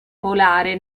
polare